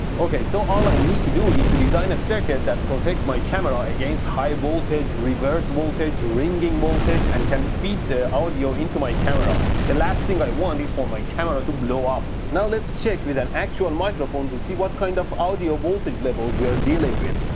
so all i need to do is to design a circuit that protects my camera against high voltage, reverse voltage, ringing voltage and can feed the audio into my camera. the last thing i want is for my camera to blow up. now let's check with an actual microphone to see what kind of audio voltage levels we are dealing with.